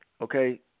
okay